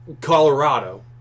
Colorado